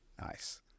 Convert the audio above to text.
Nice